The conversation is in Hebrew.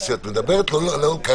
את כרגע מדברת לא לעניין.